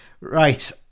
Right